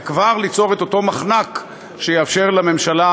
וכבר ליצור את אותו מחנק שיאפשר לממשלה